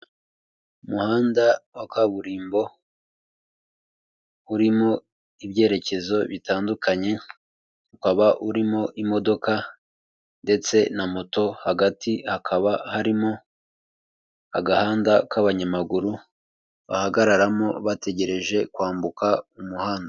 Umuhanda wa kaburimbo urimo ibyerekezo bitandukanye ukaba urimo imodoka ndetse na moto, hagati hakaba harimo agahanda k'abanyamaguru bahagararamo bategereje kwambuka umuhanda.